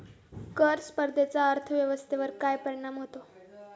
कर स्पर्धेचा अर्थव्यवस्थेवर काय परिणाम होतो?